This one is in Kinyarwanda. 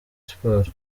sports